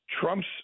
trump's